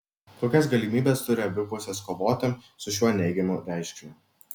kokias galimybes turi abi pusės kovoti su šiuo neigiamu reiškiniu